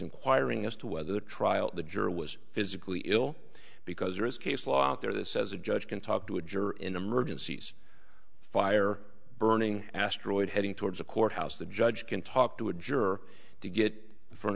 inquiring as to whether the trial the jury was physically ill because there is case law out there that says a judge can talk to a juror in emergencies fire burning asteroid heading towards a courthouse the judge can talk to a juror to get for an